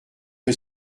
que